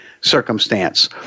circumstance